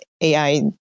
AI